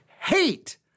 hate